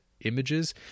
images